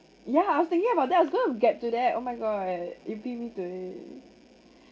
ya I was thinking about that I was going to get to that oh my god you beat me to it